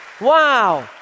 Wow